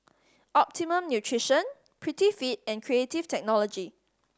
Optimum Nutrition Prettyfit and Creative Technology